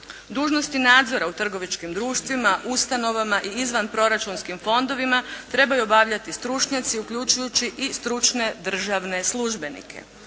Dužnosti nadzora u trgovačkim društvima, ustanovama i izvanproračunskim fondovima trebaju obavljati stručnjaci uključujući i stručne državne službenike.